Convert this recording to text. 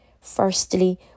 Firstly